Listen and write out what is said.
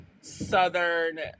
southern